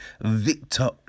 Victor